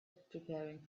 preparing